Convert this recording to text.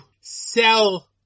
sell